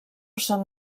són